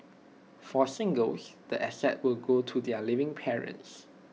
for singles the assets will go to their living parents